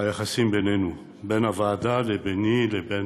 היחסים בינינו, בין הוועדה וביני לבין